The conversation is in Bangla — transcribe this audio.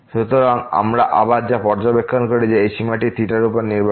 সুতরাং আমরা আবার যা পর্যবেক্ষণ করি যে এই সীমাটি থীটার উপর নির্ভর করে